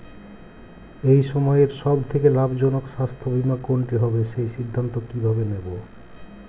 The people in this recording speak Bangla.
এই সময়ের সব থেকে লাভজনক স্বাস্থ্য বীমা কোনটি হবে সেই সিদ্ধান্ত কীভাবে নেব?